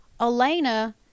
elena